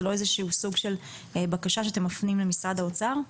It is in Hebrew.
זה לא איזו שהיא סוג של בקשה שאתם מפנים למשרד האוצר?